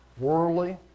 Worldly